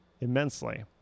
immensely